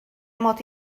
mod